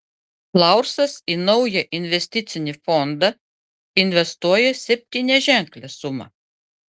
laursas į naują investicinį fondą investuoja septyniaženklę sumą